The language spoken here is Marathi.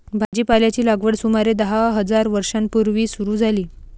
भाजीपाल्याची लागवड सुमारे दहा हजार वर्षां पूर्वी सुरू झाली